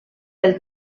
pel